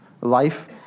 life